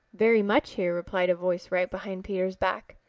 very much here, replied a voice right behind peter's back.